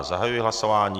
Zahajuji hlasování.